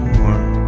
more